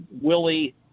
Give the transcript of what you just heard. Willie